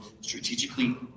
strategically